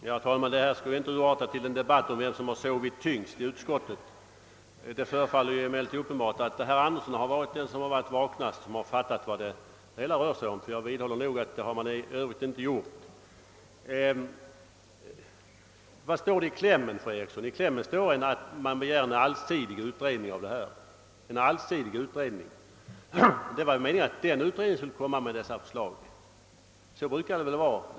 Herr talman! Det här skall väl inte urarta till en debatt om vem som sovit tyngst i utskottet. Det förefaller emellertid som om herr Andersson varit mest vaken eftersom han fattat vad det hela rör sig om; jag vidhåller att övriga ledamöter av utskottet inte gjort det. I motionens kläm begärs en allsidig utredning av frågan. Avsikten var givetvis att utredningen skulle lägga fram dessa förslag som fru Eriksson talat om.